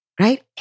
right